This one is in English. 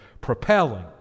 propelling